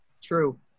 True